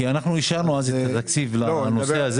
כי אישרנו אז את התקציב לנושא.